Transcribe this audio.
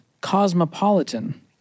cosmopolitan